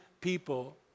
people